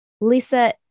Lisa